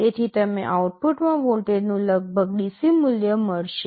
તેથી તમને આઉટપુટમાં વોલ્ટેજનું લગભગ DC મૂલ્ય મળશે